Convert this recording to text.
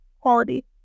quality